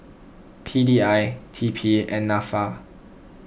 P D I T P and Nafa